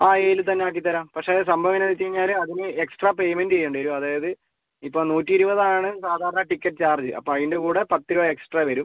ആ എയിൽ തന്നെ ആക്കിത്തരാം പക്ഷേ സംഭവം എങ്ങനെയാണെന്ന് വെച്ച് കഴിഞ്ഞാൽ എക്സ്ട്രാ പേയ്മെൻറ്റ് ചെയ്യേണ്ടി വരും അതായത് ഇപ്പം നൂറ്റി ഇരുപത് ആണ് സാധാരണ ടിക്കറ്റ് ചാർജ് അപ്പം അതിന്റെ കൂടെ പത്ത് രൂപ എക്സ്ട്രാ വരും